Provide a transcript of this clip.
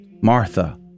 Martha